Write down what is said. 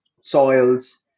soils